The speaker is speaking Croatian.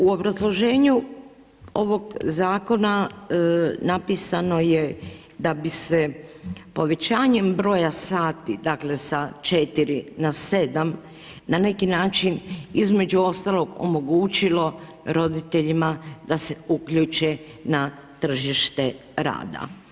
U obrazloženju ovog zakona napisano je da bi se povećanjem broja sati dakle sa 4 na 7 na neki način između ostalog omogućilo roditeljima da se uključe na tržište rada.